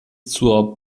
zur